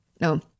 No